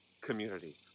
community